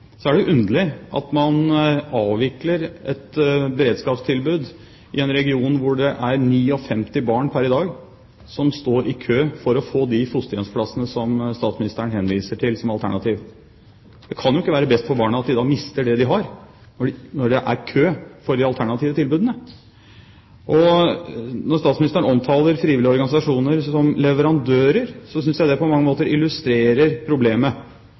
er best for barna, er det underlig at man avvikler et beredskapstilbud i en region hvor det pr. i dag er 59 barn som står i kø for å få de fosterhjemsplassene som statsministeren henviser til som et alternativ. Det kan jo ikke være best for barna at de da mister det de har, når det er kø innenfor de alternative tilbudene. Når statsministeren omtaler frivillige organisasjoner som «leverandører», synes jeg det på mange måter illustrerer problemet.